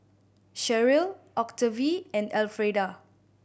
Sharyl Octavie and Alfreda